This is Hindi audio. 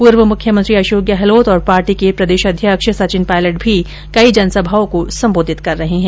पूर्व मुख्यमंत्री अशोक गहलोत और पार्टी के प्रदेशाध्यक्ष सचिन पायलट भी कई जनसभाओं को सम्बोधित कर रहे है